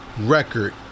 record